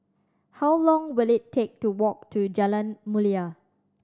how long will it take to walk to Jalan Mulia